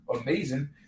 amazing